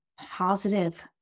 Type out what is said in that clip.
positive